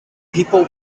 people